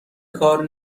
کار